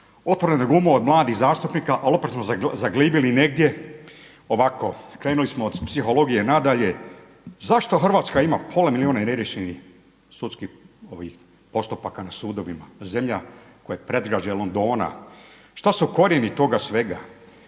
otvorene glume od mladih zastupnika, ali opet smo zaglibili negdje. Ovako, krenuli smo od psihologije. Nadalje, zašto Hrvatska ima pola milijuna neriješenih sudskih postupaka, postupaka na sudovima, zemlja koje je predgrađe Londona. Šta su korijena toga svega?